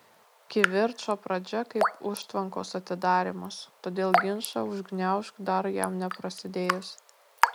kivirčo pradžia kaip užtvankos atidarymas todėl ginčą užgniaužk dar jam neprasidėjus